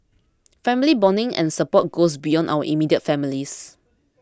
family bonding and support goes beyond our immediate families